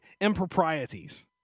Improprieties